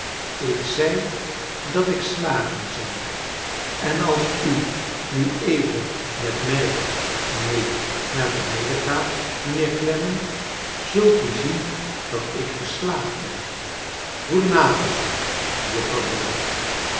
ik zei dat ik slagen zou en als u nu even met mij mee naar beneden gaat mijnheer clennam zult u zien dat ik geslaagd ben goeden avond juffrouw dorrit